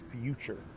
future